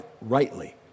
rightly